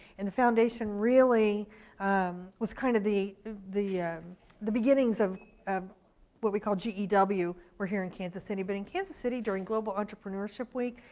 and the foundation really was kind of the the beginnings of of what we call gew, we're here in kansas city. but in kansas city during global entrepreneurship week,